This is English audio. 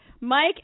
Mike